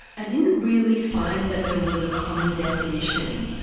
i didn't really find that there was a common definition,